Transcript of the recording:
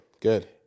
Good